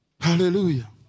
Hallelujah